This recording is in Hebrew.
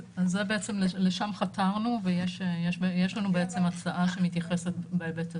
בעצם לשם חתרנו ויש לנו הצעה שמתייחסת בהיבט הזה.